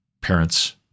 parents